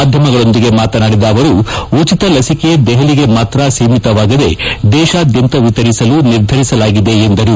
ಮಾಧ್ಯಮಗಳೊಂದಿಗೆ ಮಾತನಾಡಿದ ಅವರು ಉಚಿತ ಲಸಿಕೆ ದೆಹಲಿಗೆ ಮಾತ್ರ ಸೀಮಿತವಾಗದೇ ದೇಶಾದ್ಯಂತ ವಿತರಿಸಲು ನಿರ್ಧರಿಸಲಾಗಿದೆ ಎಂದರು